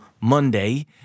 Monday